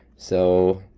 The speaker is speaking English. so,